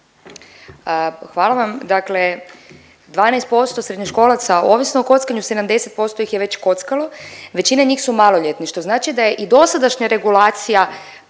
Hvala vam. Dakle, 12% srednjoškolaca je ovisno o kockanju, 70% ih je već kockalo, većina njih su maloljetni, što znači da je i dosadašnja regulacija